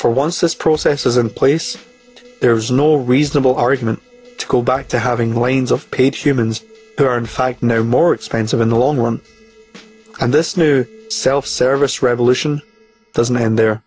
for once this process is in place there's no reasonable argument to go back to having lanes of page humans who are in fact no more expensive in the long run and this new self service revolution doesn't end there